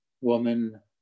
woman